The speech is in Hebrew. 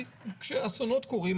כי כשאסונות קורים,